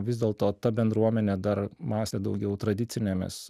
vis dėlto ta bendruomenė dar mąstė daugiau tradicinėmis